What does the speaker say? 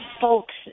folks